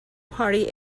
party